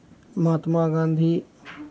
Mahatma Gandhi